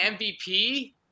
MVP